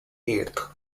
eighth